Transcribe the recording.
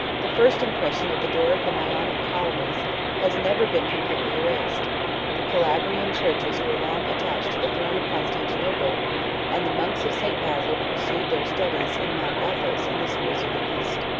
the first impression of the doric and ionic colonies has never been completely erased the calabrian churches were long attached to the throne of constantinople and the monks of st. basil pursued their studies in mount athos and the schools of the east.